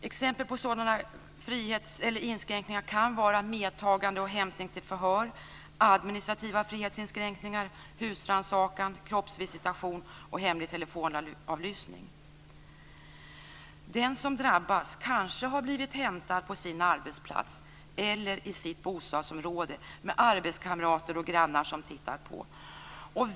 Exempel på sådana inskränkningar kan vara medtagande och hämtning till förhör, administrativa frihetsinskränkningar, husrannsakan, kroppsvisitation och hemlig telefonavlyssning. Den som drabbas kanske har blivit hämtad på sin arbetsplats eller i sitt bostadsområde med arbetskamrater eller grannar som tittat på.